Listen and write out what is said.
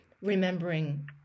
remembering